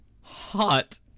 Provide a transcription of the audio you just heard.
hot